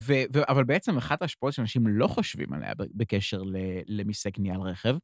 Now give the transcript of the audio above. אבל בעצם אחת ההשפעות שאנשים לא חושבים עליה בקשר למיסי קנייה על רכב...